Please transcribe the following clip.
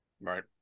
Right